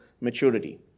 maturity